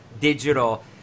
digital